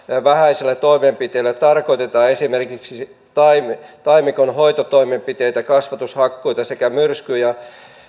vähäisillä toimenpiteillä tarkoitetaan esimerkiksi taimikon hoitotoimenpiteitä kasvatushakkuita sekä myrsky ja